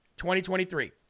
2023